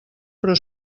però